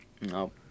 No